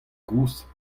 kozh